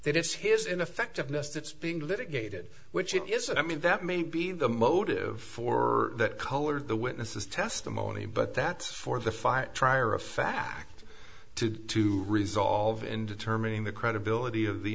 that it's his ineffectiveness that's being litigated which it is i mean that may be the motive for that color the witness's testimony but that's for the five trier of fact to to resolve in determining the credibility of the